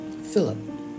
Philip